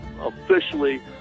Officially